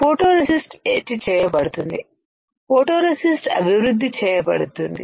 photoresist etch చేయబడుతుందిఫోటోరెసిస్ట్ అభివృద్ధి చేయబడుతుంది